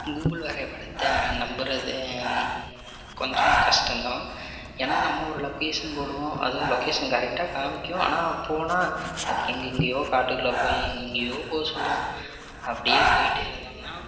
Google வரைப்படத்தை நம்புறது கொஞ்சம் கஷ்டம்தான் ஏன்னா நம்ம ஒரு லொக்கேஷன் போடுவோம் அது ஒரு லொக்கேஷன் கரெட்டாக காமிக்கும் ஆனால் போனால் அது எங்கெங்கயோ காட்டுக்குள்ளே போய் எங்கெங்கயோ போக சொல்லும் அப்படியே போயிட்டே இருந்தம்ன்னா